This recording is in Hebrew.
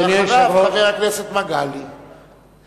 ואחריו חבר הכנסת מגלי והבה.